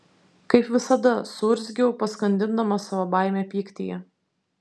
kaip visada suurzgiau paskandindama savo baimę pyktyje